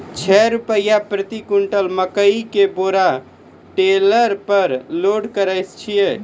छह रु प्रति क्विंटल मकई के बोरा टेलर पे लोड करे छैय?